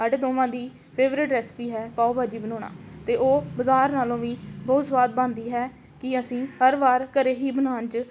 ਸਾਡੇ ਦੋਵਾਂ ਦੀ ਫੇਵਰੇਟ ਰੈਸਪੀ ਹੈ ਪਾਓ ਭਾਜੀ ਬਣਾਉਣਾ ਅਤੇ ਉਹ ਬਾਜ਼ਾਰ ਨਾਲੋਂ ਵੀ ਬਹੁਤ ਸਵਾਦ ਬਣਦੀ ਹੈ ਕਿ ਅਸੀਂ ਹਰ ਵਾਰ ਘਰ ਹੀ ਬਣਾਉਣ 'ਚ